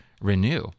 renew